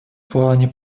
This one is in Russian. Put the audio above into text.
плане